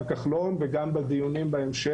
כחלון והיינו חברים בה וגם בדיונים בהמשך,